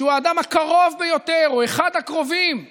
שהוא האדם הקרוב ביותר או אחד הקרובים לנאשם,